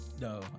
No